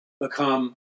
become